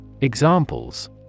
Examples